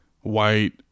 white